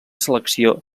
selecció